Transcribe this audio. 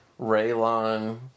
Raylon